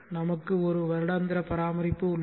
நமக்கு ஒரு வருடாந்திர பராமரிப்பு உள்ளது